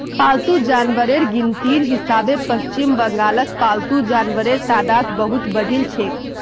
पालतू जानवरेर गिनतीर हिसाबे पश्चिम बंगालत पालतू जानवरेर तादाद बहुत बढ़िलछेक